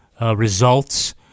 results